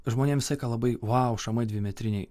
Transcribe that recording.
žmonėm visą laiką labai vau šamai dvimetriniai